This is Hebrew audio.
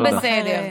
הכול בסדר.